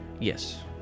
Yes